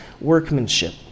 workmanship